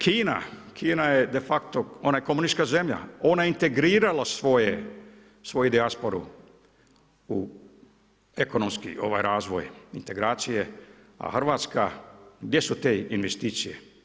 Kina je de facto, ona je komunistička zemlja, ona je integrirala svoju dijasporu u ekonomski razvoj integracije, a Hrvatska, gdje su te investicije?